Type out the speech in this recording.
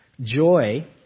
joy